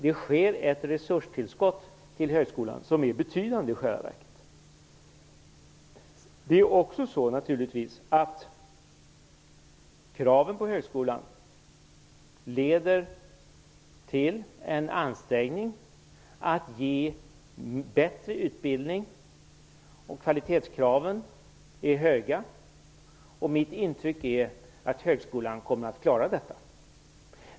Det är ett betydande resurstillskott till högskolan i själva verket. Det är också så att kraven på högskolan leder till en ansträngning att ge bättre utbildning. Kvalitetskraven är höga. Mitt intryck är att högskolan kommer att klara detta.